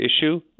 issue